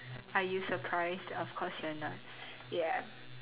are you surprised of course you are not ya